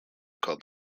called